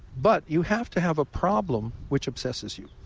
but you have to have a problem which obsesses you